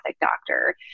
doctor